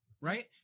Right